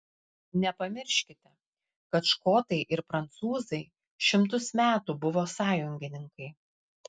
nepamirškite kad škotai ir prancūzai šimtus metų buvo sąjungininkai